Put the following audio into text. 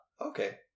Okay